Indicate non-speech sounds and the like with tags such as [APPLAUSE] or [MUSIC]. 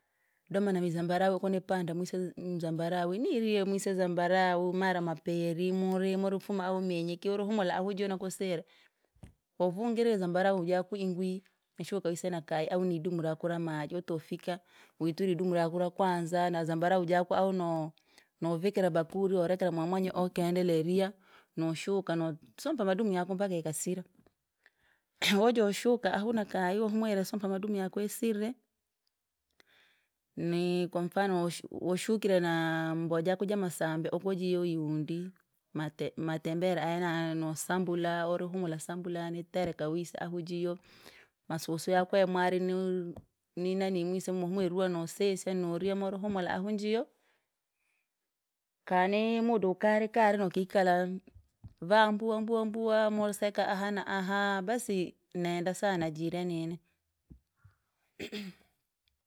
Domo na mi mizambarawi oko nipande mse- mzambarawi niriya! Mise mzambarawu mara maperi muri, murufama ahumi nyereki. Urihukula ahu nakusiri, wavungire zambarau jaku ingwi, nishaka wishe nakayi, ahu nidumu raku ramaji, wotofika, witwire idumu raku rakwanza na zambarawu jaku no- novikira bakula norekera mwamwanyu okendelea riya, noshuka sompa madumu yaku mpaka yakasira. [NOISE] wojoshuka ahu nakayi wahumwire sompa madumu yaku yasirire, nii kwamfano wash washukire nambowa jaku jamasambi oko jiyo iwundi, mate matembere aya nosambula, urihumula sambula, nitereka wise ahu jiyo, masusu yaku yamwari ni- ninaniii mwise mwahumwire ruwa nosesha mwise noruya mwise murihumula ahu njiyo, kani imuda ukari kari nokikala, vaambuwa mbuwa mbuwa moseka aha naaha basi nenda sana jira nini. [NOISE]